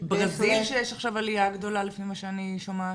ברזיל שיש עכשיו עלייה גדולה לפי מה שאני שומעת.